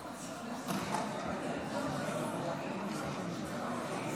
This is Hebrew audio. ההצבעה: 36 בעד, אין מתנגדים.